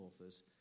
authors